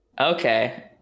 Okay